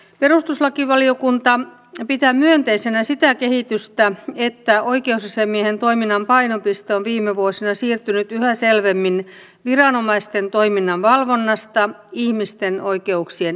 perustuslakivaliokunta pitää myönteisenä sitä kehitystä että oikeusasiamiehen toiminnan painopiste on viime vuosina siirtynyt yhä selvemmin viranomaisten toiminnan valvonnasta ihmisten oikeuksien edistämiseen